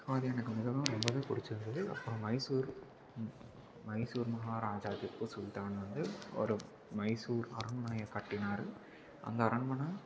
அது எனக்கு மிகவும் ரொம்பவே பிடிச்சிருந்தது அப்பறம் மைசூர் மைசூர் மகாராஜா திப்பு சுல்தான் வந்து ஒரு மைசூர் அரண்மனையை கட்டினார் அந்த அரண்மனை